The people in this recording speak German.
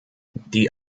die